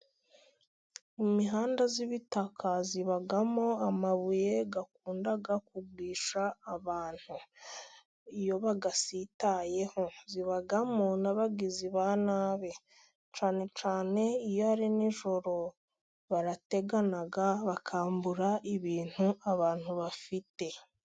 Mu mihanda y'ibitaka， ibamo amabuye akunda kugusha abantu，iyo bayasitayeho. Ibamo n'abagizi ba nabi cyane cyane，iyo ari ni joro，barategana， bakambura ibintu abantu bafite.